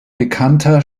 bekannter